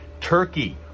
Turkey